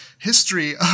history